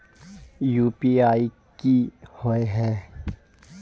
UPI की होय है?